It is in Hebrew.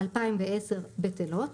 2010 - בטלות.